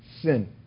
sin